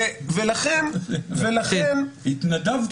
התנדבתם